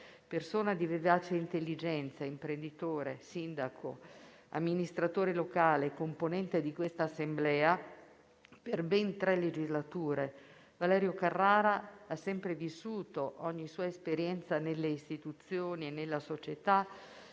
Persona di vivace intelligenza, imprenditore, sindaco, amministratore locale e componente di questa Assemblea per ben tre legislature, Valerio Carrara ha sempre vissuto ogni sua esperienza nelle istituzioni e nella società